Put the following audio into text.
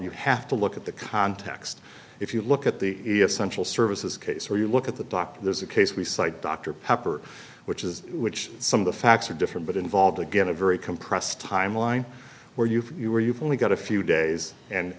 you have to look at the context if you look at the essential services case where you look at the doctor there's a case we cite dr pepper which is which some of the facts are different but involved again a very compressed timeline where you are you've only got a few days and